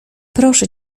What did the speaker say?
proszę